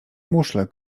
muszlę